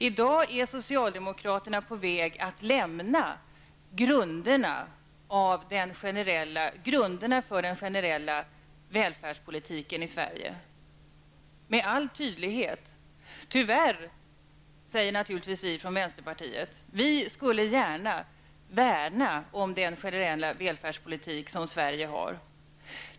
I dag är socialdemokraterna med all tydlighet på väg att lämna grunderna för den generella välfärdspolitiken i Sverige -- tyvärr, säger vi från vänsterpartiet. Vi skulle naturligtvis gärna värna om den generella välfärdspolitik som Sverige har.